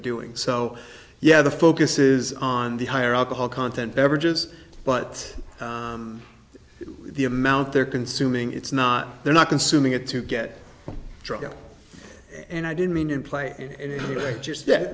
doing so yeah the focus is on the higher alcohol content beverages but the amount they're consuming it's not they're not consuming it to get drugs and i didn't mean